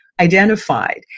identified